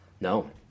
No